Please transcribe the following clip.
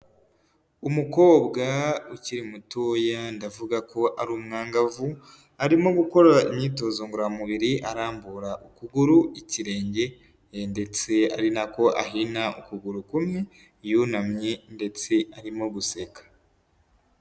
Umukobwa ukiri mutoya ndavuga ko ari umwangavu, arimo gukora imyitozo ngororamubiri arambura ukuguru, ikirenge ndetse ari nako ahina ukuguru kumwe yunamye ndetse arimo guseka.